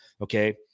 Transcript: okay